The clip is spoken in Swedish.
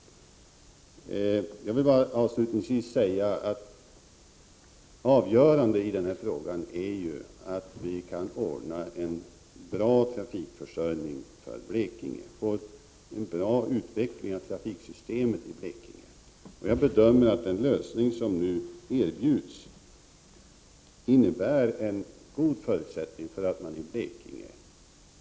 Jag vill avslutningsvis bara säga att det avgörande i denna fråga är att vi kan ordna en bra trafikförsörjning för Blekinge och en bra utveckling av trafiksystemet i Blekinge. Jag bedömer att den lösning som nu erbjuds innebär en god förutsättning för Blekinge.